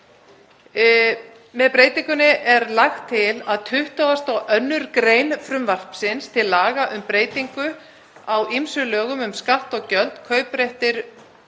Með breytingunni er lagt til að 22. gr. frumvarps til laga um breytingu á ýmsum lögum um skatta og gjöld (kaupréttur,